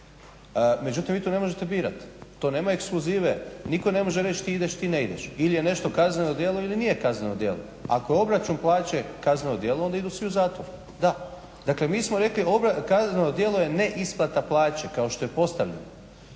Međutim vi to ne možete birati. To nema ekskluzive. Nitko ne može reći ti ideš, ti ne ideš. Ili je nešto kazneno djelo ili nije kazneno djelo. Ako je obračun plaće kazneno djelo onda idu svi u zatvor, da. Dakle, mi smo rekli kazneno djelo je neisplata plaće kao što je postavljen